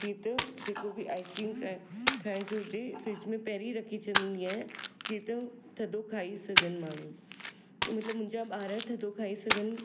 जीअं त जेको बि आइस्क्रीम ठाहिण जो हुजे फ्रिज में पहिरियों रखी छॾींदी आहिओयां जीअं त थदो खाई सघनि माण्हू मुंहिंजा ॿार थधो खाई सघनि